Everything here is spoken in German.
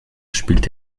spielt